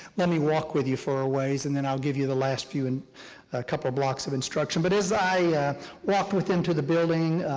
let me walk with you for a ways and then i'll give you the last and couple of blocks of instruction. but as i yeah walked with him to the building,